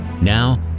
Now